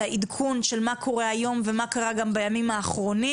העדכון של מה שקורה היום ומה קרה גם בימים האחרונים